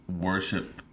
worship